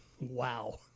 wow